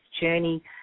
journey